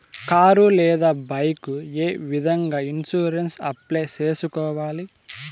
car లేదా bike ఏ విధంగా ఇన్సూరెన్సు అప్లై సేసుకోవాలి